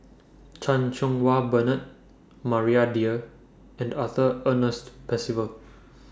Chan Cheng Wah Bernard Maria Dyer and Arthur Ernest Percival